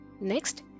Next